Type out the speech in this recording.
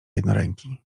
jednoręki